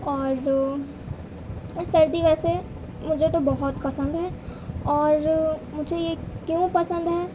اور سردی ویسے مجھے تو بہت پسند ہے اور مجھے یہ کیوں پسند ہے